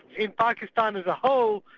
in pakistan as a whole,